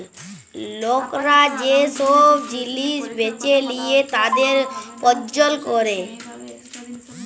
লকরা যে সব জিলিস বেঁচে লিয়ে তাদের প্রজ্বলল ক্যরে